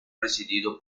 presidido